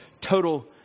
total